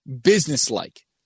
business-like